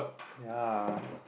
ya